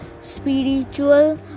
spiritual